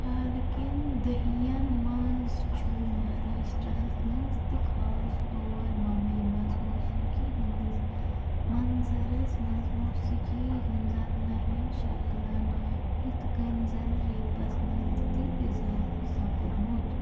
حال كٮ۪ن دٔہیٖن منٛز چھُ مہاراشٹرٛاہس منٛز تہِ خاص طور مُمبیی منٛز موسیٖقی ہٕنٛدِس منظرس منٛز موسیقی ہٕنٛزن نوٮ۪ن شکلن یتھٕ کٔنٗۍ زن ریپس منٛز تہِ اِضافہٕ سَپُدمُت